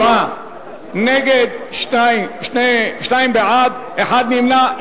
67 נגד, שניים בעד, אחד נמנע.